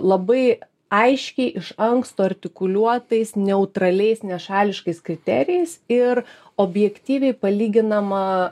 labai aiškiai iš anksto artikuliuotais neutraliais nešališkais kriterijais ir objektyviai palyginama